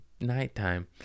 nighttime